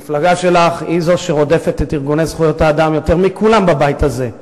המפלגה שלך היא זו שרודפת את ארגוני זכויות האדם יותר מכולם בבית הזה.